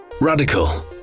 radical